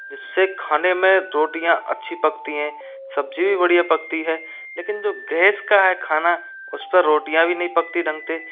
जिससे खाने में रोटियाँ अच्छी पकती हैं सब्ज़ी भी बढ़िया पकती है लेकिन जो गैस का है खाना उस पे रोटियाँ भी नहीं पकती ढंग की